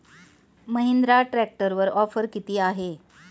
महिंद्रा ट्रॅक्टरवर ऑफर किती आहे?